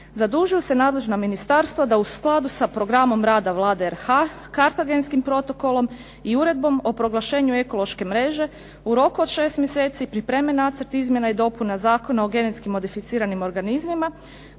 "zadužuju se nadležna ministarstva da u skladu sa programom rada Vlade RH-a Kartagenskim protokolom i Uredbom o proglašenju ekološke mreže u roku od šest mjeseci pripreme nacrt izmjena i dopuna Zakona o genetski modificiranim organizmima